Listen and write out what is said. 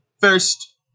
First